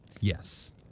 yes